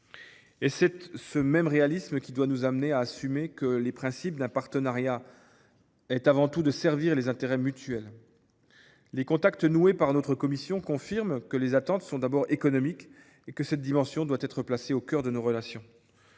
Et c’est ce même réalisme qui doit nous amener à assumer que le principe d’un partenariat est avant tout de servir des intérêts mutuels. Les contacts noués par notre commission confirment que les attentes sont d’abord économiques et que cette dimension doit être placée au cœur de nos relations.